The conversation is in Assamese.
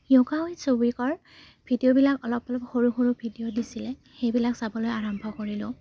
য়োগা উইথ শৌভিকৰ ভিডিঅ'বিলাক অলপ অলপ সৰু সৰু ভিডিঅ' দিছিলে সেইবিলাক চাবলৈ আৰম্ভ কৰিলো